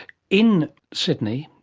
in sydney,